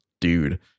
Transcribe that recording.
dude